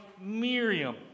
Miriam